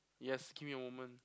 yes give me a moment